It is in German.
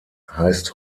heißt